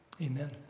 amen